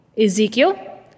Ezekiel